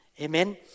Amen